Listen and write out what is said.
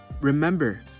remember